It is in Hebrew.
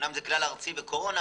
אמנם זה כלל ארצי בקורונה.